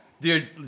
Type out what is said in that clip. Dude